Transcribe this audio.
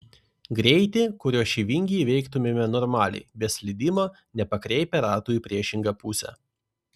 greitį kuriuo šį vingį įveiktumėme normaliai be slydimo nepakreipę ratų į priešingą pusę